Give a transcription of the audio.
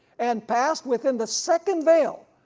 and passed within the second veil,